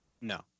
No